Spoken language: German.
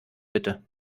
bitte